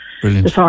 Brilliant